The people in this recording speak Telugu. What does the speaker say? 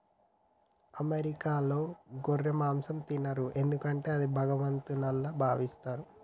అమెరికాలో గొర్రె మాంసం తినరు ఎందుకంటే అది భగవంతుల్లా భావిస్తారు